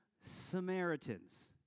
Samaritans